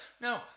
No